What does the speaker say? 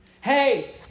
Hey